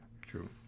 True